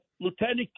Lieutenant